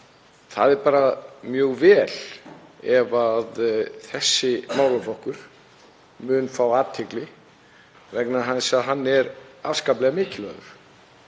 Það er bara mjög gott ef þessi málaflokkur fær athygli vegna þess að hann er afskaplega mikilvægur.